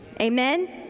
amen